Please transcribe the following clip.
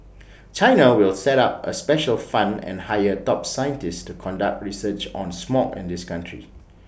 China will set up A special fund and hire top scientists to conduct research on smog in the country